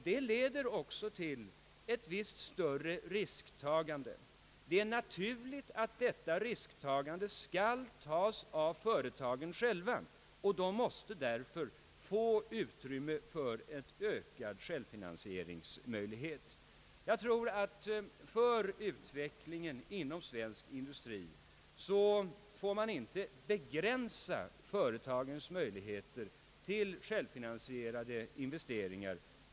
Det leder till ett större risktagande, och det naturliga är att riskerna tas av företagen själva. Därför måste de få utrymme för en ökad självfinansiering. För utvecklingen inom svensk industri är det angeläget att man inte begränsar företagens möjligheter till självfinansierade investeringar.